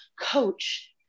coach